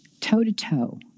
toe-to-toe